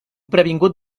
previngut